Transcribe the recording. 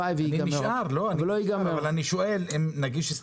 אני שואל אם נגיש הסתייגויות?